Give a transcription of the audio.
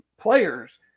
Players